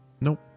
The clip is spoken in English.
Nope